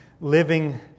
living